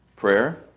Prayer